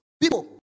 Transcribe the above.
people